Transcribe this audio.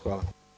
Hvala.